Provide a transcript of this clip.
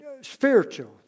spiritual